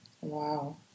Wow